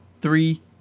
Three